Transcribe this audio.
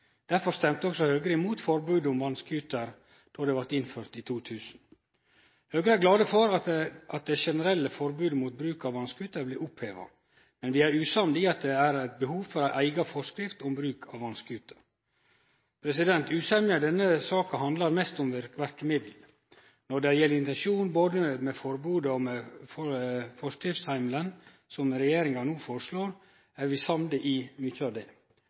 Derfor røysta også Høgre imot forbodet mot vass-scooter då det blei innført i 2000. Høgre er glad for at det generelle forbodet mot bruk av vass-scooter blir oppheva, men vi er usamde i at det er behov for ei eiga forskrift om bruk av vass-scooter. Usemja i denne saka handlar mest om verkemiddel. Når det gjeld intensjonen både med forbodet og med heimelen for forskrifta, som regjeringa no foreslår, er vi samde i mykje av det.